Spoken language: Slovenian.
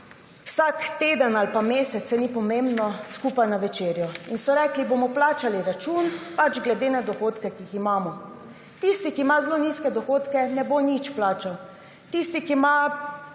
vsak teden ali pa mesec, saj ni pomembno, skupaj na večerjo? In so rekli, bomo plačali račun glede na dohodke, ki jih imamo. Tisti, ki ima zelo nizke dohodke, ne bo nič plačal, tisti, ki ima